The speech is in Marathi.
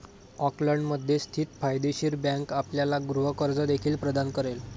ऑकलंडमध्ये स्थित फायदेशीर बँक आपल्याला गृह कर्ज देखील प्रदान करेल